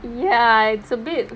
ya it's a bit